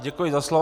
Děkuji za slovo.